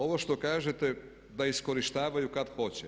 Ovo što kažete da iskorištavaju kad hoće.